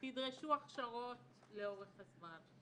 תדרשו הכשרות לאורך הזמן,